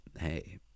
hey